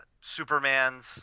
Superman's